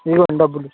ఇదిగోండి డబ్బులు